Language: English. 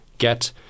Get